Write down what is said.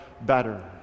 better